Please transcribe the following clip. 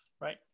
Right